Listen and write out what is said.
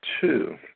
Two